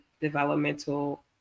developmental